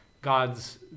God's